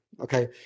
okay